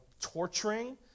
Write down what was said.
torturing